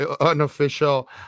unofficial